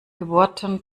geburten